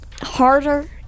harder